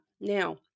Now